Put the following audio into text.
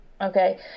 Okay